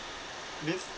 means